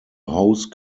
hose